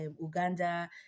Uganda